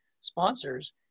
sponsors